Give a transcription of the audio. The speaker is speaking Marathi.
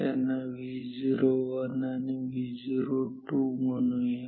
त्यांना Vo1 आणि Vo2 म्हणूया